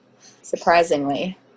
surprisingly